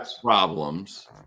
problems